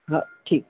हो ठीक आहे